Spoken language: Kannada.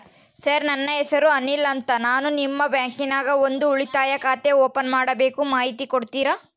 ಸರ್ ನನ್ನ ಹೆಸರು ಅನಿಲ್ ಅಂತ ನಾನು ನಿಮ್ಮ ಬ್ಯಾಂಕಿನ್ಯಾಗ ಒಂದು ಉಳಿತಾಯ ಖಾತೆ ಓಪನ್ ಮಾಡಬೇಕು ಮಾಹಿತಿ ಕೊಡ್ತೇರಾ?